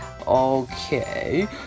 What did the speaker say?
Okay